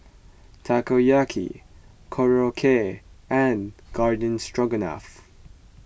Takoyaki Korokke and Garden Stroganoff